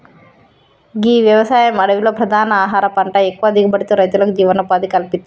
గీ వ్యవసాయం అడవిలో ప్రధాన ఆహార పంట ఎక్కువ దిగుబడితో రైతులకు జీవనోపాధిని కల్పిత్తది